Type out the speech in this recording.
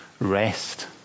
rest